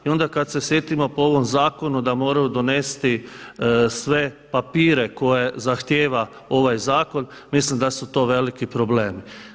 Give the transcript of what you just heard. I onda kada se sjetimo po ovom zakonu da moraju donesti sve papire koje zahtjeva ovaj zakon mislim da su to veliki problemi.